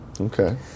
okay